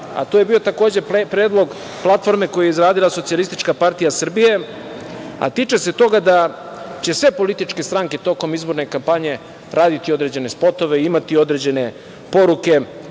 a to je bio takođe, predlog platforme koji je izradila SPS, a tiče se toga da će sve političke stranke tokom izborne kampanje raditi određene spotove i imati određene poruke,